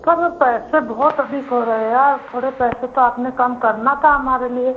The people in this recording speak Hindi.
पर पैसे बहुत अधिक हो रहे और थोड़े पैसे तो आपने कम करना था हमारे लिए